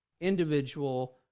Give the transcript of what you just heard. individual